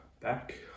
back